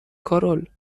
کارول